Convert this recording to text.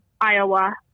Iowa